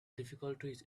difficulties